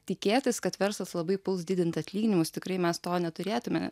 tikėtis kad verslas labai puls didint atlyginimus tikrai mes to neturėtume